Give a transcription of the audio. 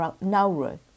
Nauru